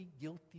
guilty